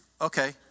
okay